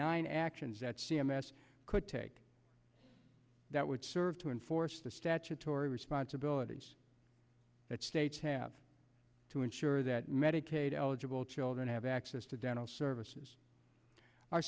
nine actions that c m s could take that would serve to enforce the statutory responsibilities that states have to ensure that medicaid eligible children have access to dental services